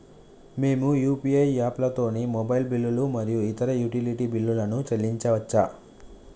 మేము యూ.పీ.ఐ యాప్లతోని మొబైల్ బిల్లులు మరియు ఇతర యుటిలిటీ బిల్లులను చెల్లించచ్చు